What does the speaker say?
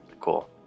cool